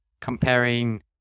comparing